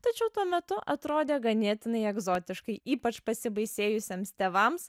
tačiau tuo metu atrodė ganėtinai egzotiškai ypač pasibaisėjusiems tėvams